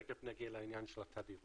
תיכף נגיע לעניין של התדירות.